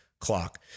clock